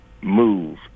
move